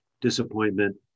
disappointment